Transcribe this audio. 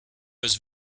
was